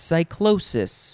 Cyclosis